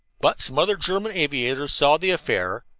but some other german aviators saw the affair,